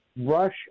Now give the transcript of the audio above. Rush